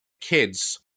kids